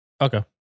Okay